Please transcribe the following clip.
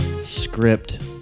script